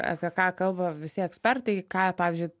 apie ką kalba visi ekspertai ką pavyzdžiui